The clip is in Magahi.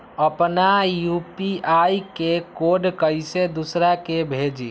अपना यू.पी.आई के कोड कईसे दूसरा के भेजी?